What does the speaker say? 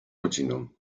rodziną